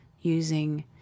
using